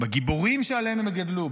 בגיבורים שעליהם הם גדלו,